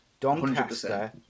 Doncaster